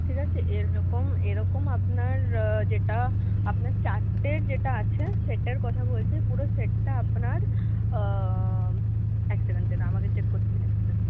ঠিক আছে এরকম এরকম আপনার যেটা আপনার চারটের যেটা আছে সেটার কথা বলছি পুরো সেটটা আপনার এক সেকেন্ড যেটা আমাকে চেক করতে দিন